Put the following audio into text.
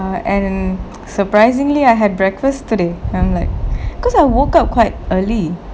uh and surprisingly I had breakfast today and I'm like because I woke up quite early